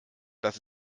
dass